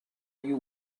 you